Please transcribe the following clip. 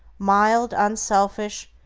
mild, unselfish,